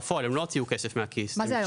בפועל הם לא הוציאו כסף מהכיס --- מה זה היום?